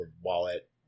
wallet